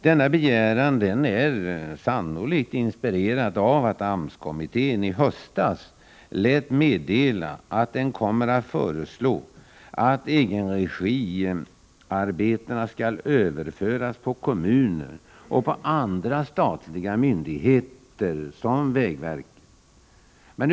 Denna begäran är sannolikt inspirerad av att AMS kommittén i höstas lät meddela att den kommer att för lå att egenregiarbetena skall överföras på kommuner och på andra statliga myndigheter, t.ex. vägverket.